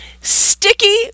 Sticky